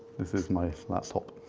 this is my laptop.